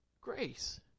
grace